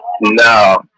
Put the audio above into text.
No